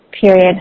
period